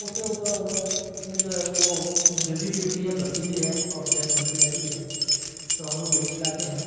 اسے جو اس میں جو ہے وہ بردی بھی ہوتی ہے بڑھتی بھی ہے اور صحت مند بھی رہتی ہے تو ہم لوگ یہی کھلاتے ہیں